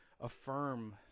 Affirm